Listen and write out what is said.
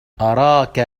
أراك